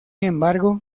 embargo